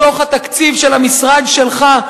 בתוך התקציב של המשרד שלך,